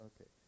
Okay